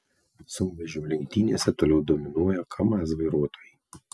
sunkvežimių lenktynėse toliau dominuoja kamaz vairuotojai